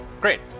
Great